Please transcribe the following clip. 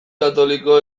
katoliko